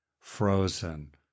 frozen